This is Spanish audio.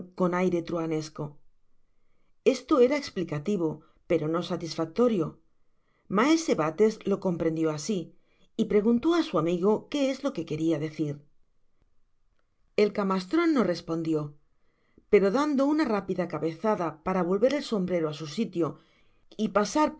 aire truanesco esto era esplicativo pero no satisfactorio maese bates lo comprendió asi y preguntó á su amigo que es lo que queria d cir í el camastron no respondió pero dan lo una rápida cabezada para volver el sombrero á su sitio y pasar i